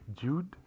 Jude